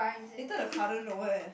later the father know eh